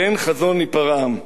באין חזון ייפרע עם.